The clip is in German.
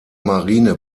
marine